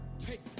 take